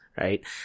right